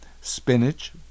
spinach